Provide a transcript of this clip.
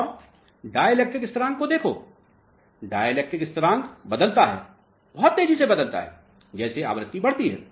और dielectric स्थरांक को देखो डाई इलेक्ट्रिक स्थरांक बदलता है बहुत तेजी से बदलता है जैसे आवृत्ति बढ़ती है